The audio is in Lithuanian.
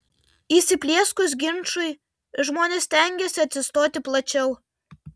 įsiplieskus ginčui žmonės stengiasi atsistoti plačiau